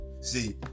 See